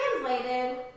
translated